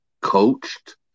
coached